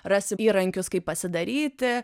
ras įrankius kaip pasidaryti